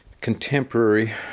contemporary